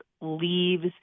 leaves